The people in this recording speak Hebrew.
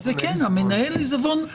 זה מנהל עיזבון.